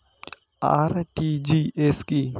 RTGS কি?